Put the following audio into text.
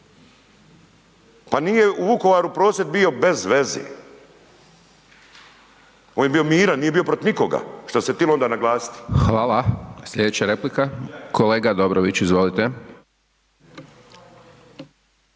Pa nije u Vukovaru prosvjed bio bez veze, on je bio miran, nije bio protiv nikoga, što se tilo onda naglasiti. **Hajdaš Dončić, Siniša (SDP)** Hvala. Slijedeća replika kolega Dobrović, izvolite.